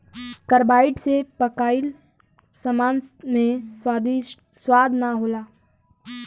carbide से पकाइल सामान मे स्वाद ना होला